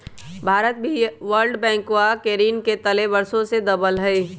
भारत भी वर्ल्ड बैंकवा के ऋण के तले वर्षों से दबल हई